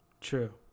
True